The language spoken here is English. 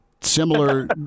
similar